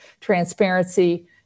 transparency